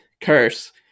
curse